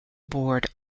board